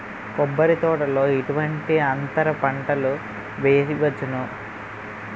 కొబ్బరి తోటలో ఎటువంటి అంతర పంటలు వేయవచ్చును?